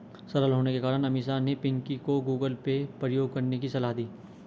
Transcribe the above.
सरल होने के कारण अमीषा ने पिंकी को गूगल पे प्रयोग करने की सलाह दी